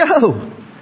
go